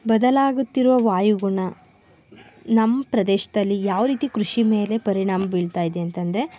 ಬದಲಾಗುತ್ತಿರುವ ವಾಯುಗುಣ ನಮ್ಮ ಪ್ರದೇಶದಲ್ಲಿ ಯಾವ ರೀತಿ ಕೃಷಿ ಮೇಲೆ ಪರಿಣಾಮ ಬೀಳ್ತಾಯಿದೆ ಅಂತಂದರೆ